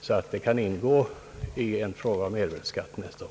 tas upp till behandling i samband med ett förslag om mervärdeskatt nästa år.